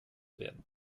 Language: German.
werden